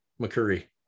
mccurry